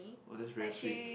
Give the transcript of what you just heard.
oh that's very sweet